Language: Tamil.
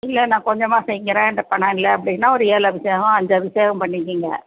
இல்லை நான் கொஞ்சமாக செய்கிறேன் என்கிட்ட பணம் இல்லை அப்படினா ஏழு அபிஷேகம் அஞ்சு அபிஷேகம் பண்ணிக்கங்க